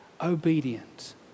obedient